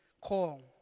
call